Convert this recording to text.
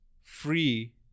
free